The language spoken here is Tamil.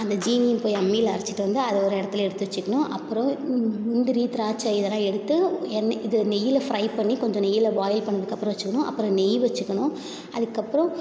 அந்த ஜீனியும் போய் அம்மியில் அரைச்சிட்டு வந்து அதை ஒரு இடத்துல எடுத்து வச்சிக்கணும் அப்புறம் முந்திரி திராட்சை இதலாம் எடுத்து எண்ணெய் இது நெய்யில் ஃப்ரை பண்ணி கொஞ்சம் நெய்யில் பாயில் பண்ணதுக்கப்புறம் வச்சிக்கணும் அப்புறம் நெய் வச்சிக்கணும் அதுக்கப்புறம்